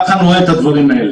ככה אני רואה את הדברים האלה.